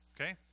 Okay